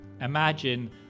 Imagine